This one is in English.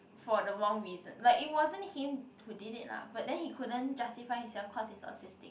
for the wrong reason like it wasn't him who did it lah but then he couldn't justify himself cause he's autistic